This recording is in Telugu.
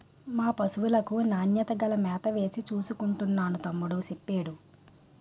మా పశువులకు నాణ్యత గల మేతవేసి చూసుకుంటున్నాను తమ్ముడూ సెప్పేడు